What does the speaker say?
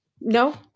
no